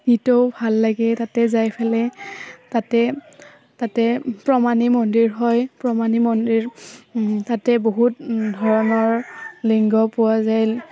নিতৌ ভাল লাগে তাতে যাই পেলাই তাতে তাতে প্ৰমাণিক মন্দিৰ হয় প্ৰমাণিক মন্দিৰ তাতে বহুত ধৰণৰ লিংগ পোৱা যায়